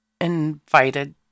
invited